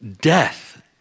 death